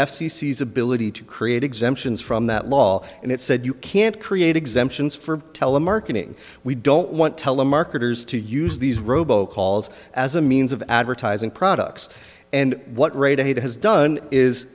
c is ability to create exemptions from that law and it said you can't create exemptions for telemarketing we don't want telemarketers to use these robo calls as a means of advertising products and what radiohead has done is